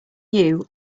new